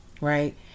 right